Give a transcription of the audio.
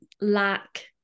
lack